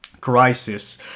crisis